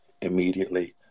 immediately